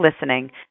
listening